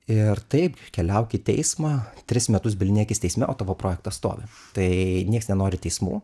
ir taip keliauk į teismą tris metus bylinėkis teisme o tavo projektas stovi tai nieks nenori teismų